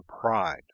pride